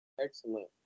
Excellent